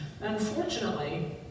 Unfortunately